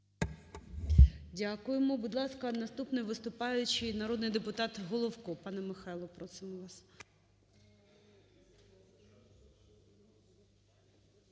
Дякуємо. Будь ласка, наступний виступаючий – народний депутат Головко. Пане Михайло, просимо вас.